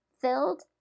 filled